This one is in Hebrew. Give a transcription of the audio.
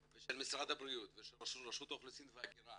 ושל משרד הבריאות ושל רשות האוכלוסין וההגירה